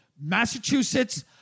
Massachusetts